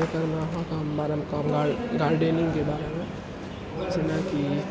जखन अहाँके हम बारेमे कहब गार्डेनिङ्गके बारेमे होइ छै ने कि